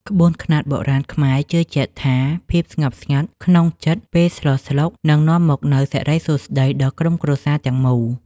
ក្បួនខ្នាតបុរាណខ្មែរជឿជាក់ថាភាពស្ងប់ស្ងាត់ក្នុងចិត្តពេលស្លស្លុកនឹងនាំមកនូវសិរីសួស្តីដល់ក្រុមគ្រួសារទាំងមូល។